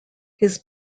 his